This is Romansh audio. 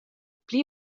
pli